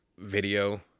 video